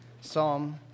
Psalm